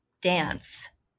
dance